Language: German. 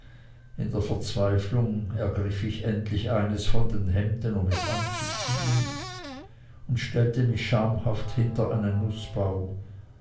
in der verzweiflung ergriff ich endlich eines von den hemden um es anzuziehen und stellte mich schamhaft hinter einen nußbaum